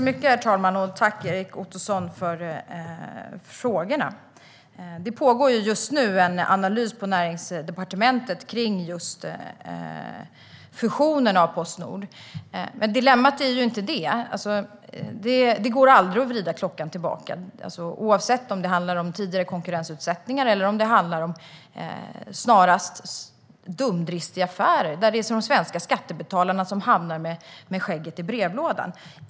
Herr talman! Tack, Erik Ottoson! Just nu pågår en analys av fusionen av Postnord på Näringsdepartementet. Dilemmat är dock inte det. Det går aldrig att vrida klockan tillbaka, oavsett om det handlar om tidigare konkurrensutsättningar eller om snarast dumdristiga affärer där de svenska skattebetalarna hamnar med skägget i brevlådan.